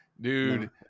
dude